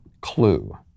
Clue